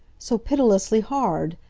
so pitilessly hard!